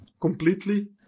completely